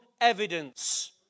evidence